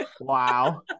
wow